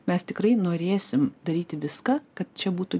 mes tikrai norėsim daryti viską kad čia būtų